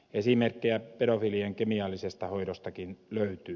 esimerkkejä pedofiilien kemiallisesta hoidostakin löytyy